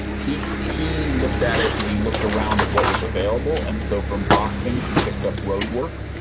he he looked at it and he looked around at what was available. and so from boxing, he picked up road work.